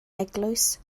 eglwys